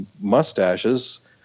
mustaches